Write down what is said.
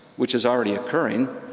which is already occurring,